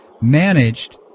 managed